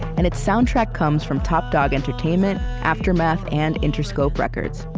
and its soundtrack comes from top dog entertainment, aftermath, and interscope records.